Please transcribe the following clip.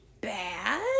bad